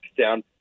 down